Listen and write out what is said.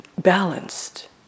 balanced